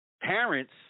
Parents